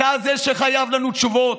אתה זה שחייב לנו תשובות.